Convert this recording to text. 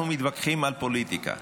אנחנו מתווכחים על פוליטיקה,